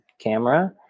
camera